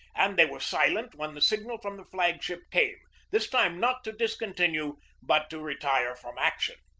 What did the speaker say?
and they were silent when the signal from the flag-ship came, this time not to dis continue but to retire from action.